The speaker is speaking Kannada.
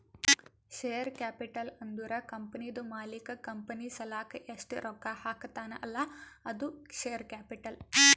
ಶೇರ್ ಕ್ಯಾಪಿಟಲ್ ಅಂದುರ್ ಕಂಪನಿದು ಮಾಲೀಕ್ ಕಂಪನಿ ಸಲಾಕ್ ಎಸ್ಟ್ ರೊಕ್ಕಾ ಹಾಕ್ತಾನ್ ಅಲ್ಲಾ ಅದು ಶೇರ್ ಕ್ಯಾಪಿಟಲ್